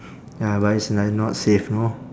ya but it's like not safe know